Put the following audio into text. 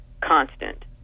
constant